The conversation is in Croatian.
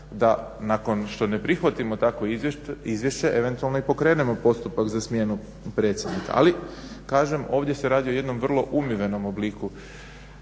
da nakon što ne prihvatimo takvo izvješće, eventualno i pokrenemo postupak za smjenu predsjednika. Ali kažem ovdje se radi o jednom vrlo umjerenom obliku